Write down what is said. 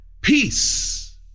peace